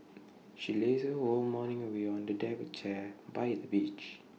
she lazed her whole morning away on A deck chair by the beach